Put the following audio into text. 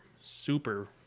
super